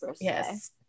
Yes